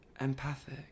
empathic